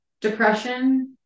depression